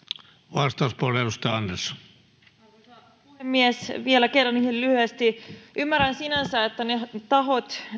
arvoisa puhemies vielä kerran ihan lyhyesti ymmärrän sinänsä että ne tahot